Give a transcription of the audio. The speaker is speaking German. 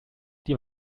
die